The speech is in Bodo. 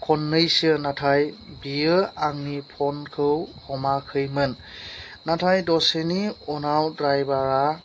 खननैसो नाथाय बियो आंनि फनखौ हमाखैमोन नाथाय दसेनि उनाव द्राइभारा